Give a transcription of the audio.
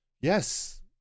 yes